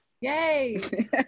Yay